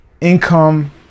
income